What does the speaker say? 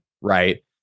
right